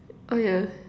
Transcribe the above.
oh yeah